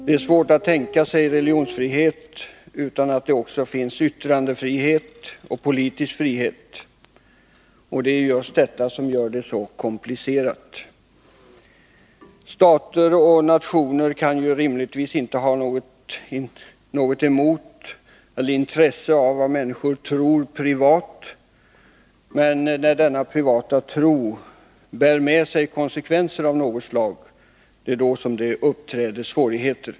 Det är svårt att tänka sig religionsfrihet utan att det också finns yttrandefrihet och politisk frihet. Det är just detta som gör det hela så komplicerat. Stater och nationer kan rimligtvis inte ha något intresse av människors privata tro. Men när denna privata tro bär med sig konsekvenser av något slag uppträder det svårigheter.